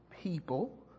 people